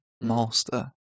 Master